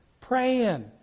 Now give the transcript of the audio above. praying